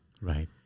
Right